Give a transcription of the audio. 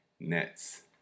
Nets